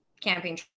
camping